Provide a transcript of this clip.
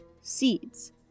Seeds